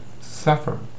suffer